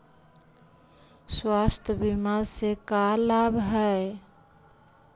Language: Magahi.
स्वास्थ्य बीमा से का लाभ है?